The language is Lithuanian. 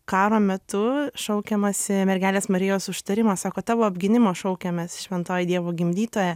karo metu šaukiamasi mergelės marijos užtarimo sako tavo apgynimo šaukiamės šventoji dievo gimdytoja